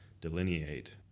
Delineate